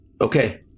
Okay